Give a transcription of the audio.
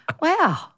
Wow